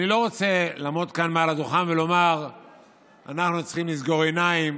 אני לא רוצה לעמוד כאן מעל הדוכן ולומר שאנחנו צריכים לסגור עיניים,